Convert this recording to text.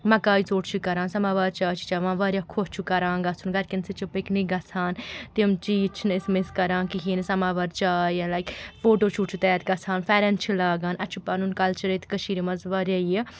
مَکایے ژوٚٹ چھِ کَران سَماوار چاے چھِ چٮ۪وان واریاہ خۄش چھُ کَران گژھُن گَرِکٮ۪ن سۭتۍ چھُ پِکنِک گَژھان تِم چیٖز چھِنہٕ أسۍ مِس کَران کِہیٖنٛۍ سَماوار چاے یا لایِک فوٹوٗ شوٗٹ چھُ تَیار گژھان پھٮ۪رن چھِ لاگان اَسہِ چھُ پَنُن کَلچَر ییٚتہِ کٔشیٖرِ منٛز واریاہ یہِ